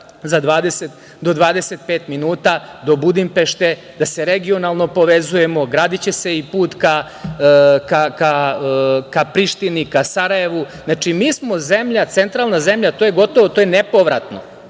Sada do 25 minuta, do Budimpešte da se regionalno povezujemo, gradiće se i put ka Prištini, ka Sarajevu. Znači, mi smo zemlja, centralna zemlja, to je gotovo, to je nepovratno.